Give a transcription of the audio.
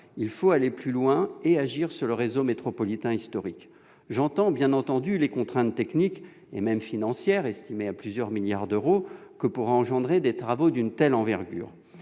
Il faut aller plus loin et agir sur le réseau métropolitain historique. J'entends, bien entendu, les contraintes techniques, et même financières, estimées à plusieurs milliards d'euros, que pourraient engendrer des travaux d'une telle envergure.